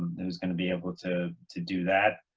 who's going to be able to to do that.